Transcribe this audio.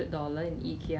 那个 cake uh